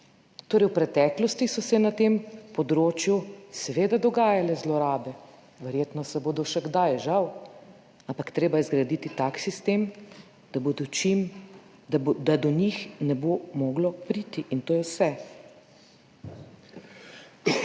Torej, v preteklosti so se na tem področju seveda dogajale zlorabe, verjetno se bodo še kdaj, žal, ampak treba je zgraditi tak sistem, da do njih ne bo moglo priti in to je vse.